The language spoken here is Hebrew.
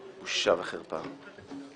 בושה וחרפה.